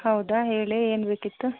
ಹೌದಾ ಹೇಳಿ ಏನು ಬೇಕಿತ್ತು